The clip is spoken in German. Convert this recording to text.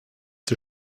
der